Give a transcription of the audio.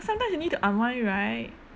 sometimes you need to unwind right